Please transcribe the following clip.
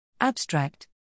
Abstract